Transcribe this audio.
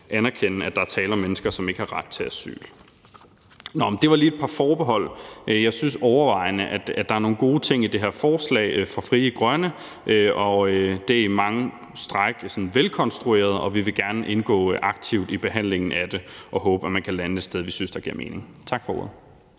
at der er tale om mennesker, som ikke har ret til asyl. Nå, men det var lige et par forbehold. Jeg synes overvejende, at der er nogle gode ting i det her forslag fra Frie Grønne, og at det på lange stræk er sådan velkonstrueret. Vi vil gerne gå indgå aktivt i behandlingen af det og håber, at man kan lande et sted, som vi synes giver mening. Tak for ordet.